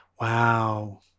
Wow